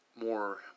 more